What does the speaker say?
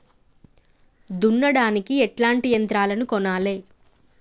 దున్నడానికి ఎట్లాంటి యంత్రాలను కొనాలే?